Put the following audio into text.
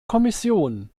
kommission